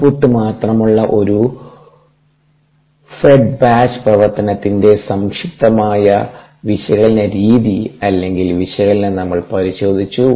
input മാത്രമുള്ള ഒരു പ്രവർത്തനത്തിന്റെ സംക്ഷിപ്തമായ വിശകലന രീതി അല്ലെങ്കിൽ വിശകലനം നമ്മൾ പരിശോധിച്ചു